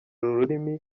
ururimi